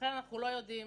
ולכן אנחנו לא יודעים